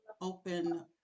open